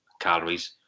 calories